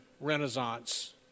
renaissance